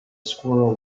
squirrel